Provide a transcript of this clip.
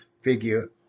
figure